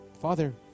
Father